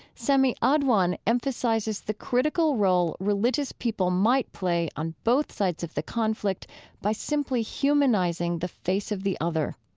sami adwan emphasizes the critical role religious people might play on both sides of the conflict by simply humanizing the face of the other.